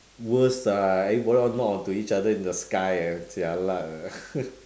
worse ah everybody all knock into each other in the sky jialat eh